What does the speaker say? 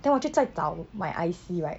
then 我就在找 my I_C right